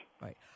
Right